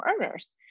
earners